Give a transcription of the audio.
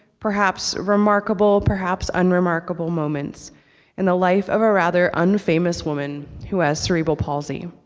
perhaps remarkable, perhaps unremarkable moments in the life of a rather un-famous woman who has cerebral palsy.